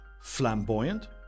flamboyant